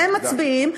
והם מצביעים,